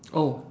oh